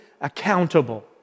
accountable